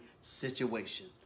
situation